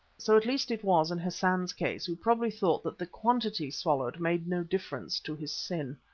so at least it was in hassan's case, who probably thought that the quantity swallowed made no difference to his sin.